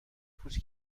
پوست